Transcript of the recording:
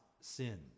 sin